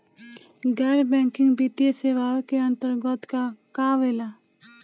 गैर बैंकिंग वित्तीय सेवाए के अन्तरगत का का आवेला?